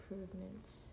improvements